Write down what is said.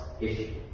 issue